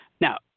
Now